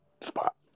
spot